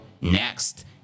next